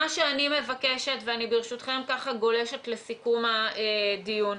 ברשותכם, אני גולשת לסיכום הדיון.